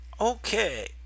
okay